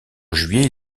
juillet